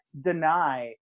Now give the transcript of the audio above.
deny